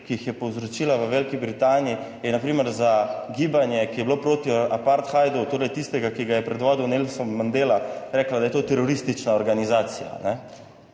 ki jih je povzročila v Veliki Britaniji, je na primer za gibanje, ki je bilo proti apartheidu, torej tistega, ki ga je / nerazumljivo/ Nelson Mandela, rekla, da je to teroristična organizacija.